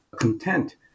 content